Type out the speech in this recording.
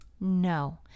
No